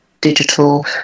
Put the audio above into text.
digital